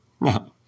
No